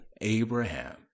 Abraham